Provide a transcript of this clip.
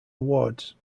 awards